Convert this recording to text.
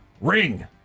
Ring